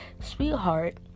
sweetheart